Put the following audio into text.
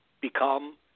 become